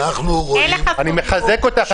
אני מחזק אותך.